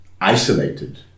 isolated